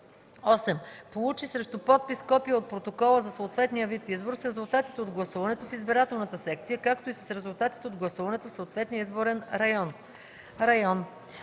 8. получи срещу подпис копие от протокола за съответния вид избор с резултатите от гласуването в избирателната секция, както и с резултатите от гласуването в съответния изборен район